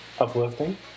uplifting